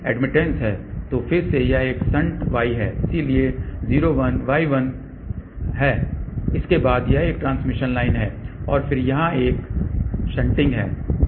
तो फिर से यह एक शंट y है इसलिए इसके बाद यह एक ट्रांसमिशन लाइन है और फिर यहां एक शंटिंग है